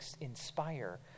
inspire